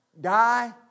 die